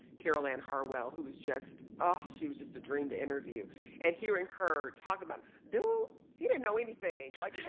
carol anne harwell, who was just oh, she was just a dream to interview and hearing her talk about dude, he didn't know anything. like,